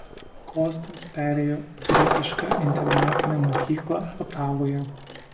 kostas perėjo į britišką internatinę mokyklą otavoje